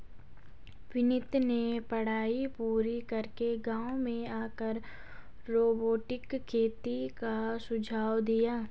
विनीत ने पढ़ाई पूरी करके गांव में आकर रोबोटिक खेती का सुझाव दिया